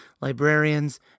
librarians